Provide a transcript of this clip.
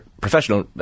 professional